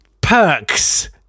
perks